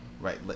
Right